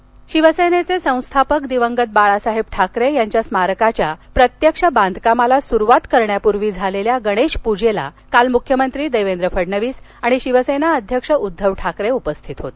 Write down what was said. त्राकरे स्मारक शिवसेनेचे संस्थापक दिवंगत बाळासाहेब ठाकरे यांच्या स्मारकाच्या प्रत्यक्ष बांधकामाला सुरुवात करण्यापूर्वी झालेल्या गणेश पूजेला काल मुख्यमंत्री देवेंद्र फडणवीस आणि शिवसेना अध्यक्ष उद्धव ठाकरे उपस्थित होते